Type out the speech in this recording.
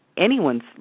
anyone's